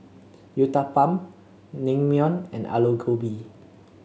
Uthapam Naengmyeon and Alu Gobi